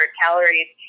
calories